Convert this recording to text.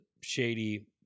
shady